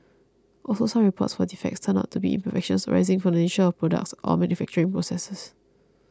also some reports for defects turned out to be imperfections arising from the nature of the products or manufacturing processes